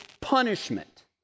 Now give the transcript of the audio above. punishment